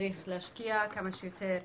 צריך להשקיע כמה שיותר.